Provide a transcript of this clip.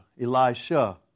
Elisha